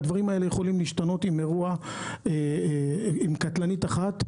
הדברים האלה יכולים להשתנות עם אירוע קטלני אחד,